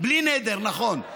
בלי נדר, נכון.